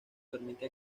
permite